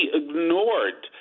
ignored